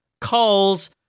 calls